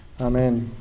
Amen